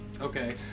Okay